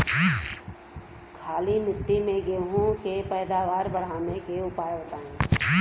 काली मिट्टी में गेहूँ के पैदावार बढ़ावे के उपाय बताई?